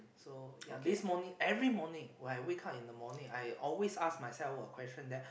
so ya this morning every morning when I wake up in the morning I always ask myself a question that